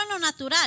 natural